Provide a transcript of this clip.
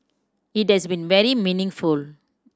it has been very meaningful